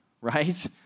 right